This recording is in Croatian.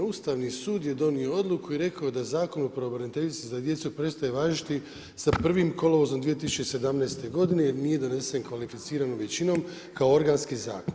Ustavni sud je donio odluku i rekao da Zakon o pravobraniteljici za djecu prestaje važiti sa 1. kolovozom 2017. godine jer nije donesen kvalificiranom većinom kao organski zakon.